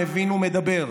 מבין ומדבר,